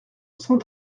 cent